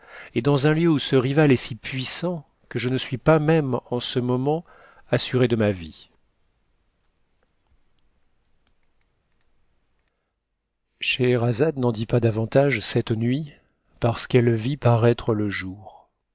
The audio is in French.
et dans un heu où ce rival est si puissant que je ne suis pas même en ce moment assuré de ma vie a scheherazade n'en dit pas davantage cette nuit parce qu'elle vitparaitre le jour